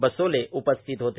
बसोले उपस्थित होते